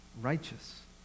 righteous